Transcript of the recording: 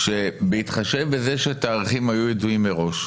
בהתחשב בזה שתאריכים היו ידועים מראש,